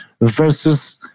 versus